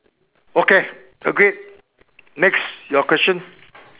okay agreed next your question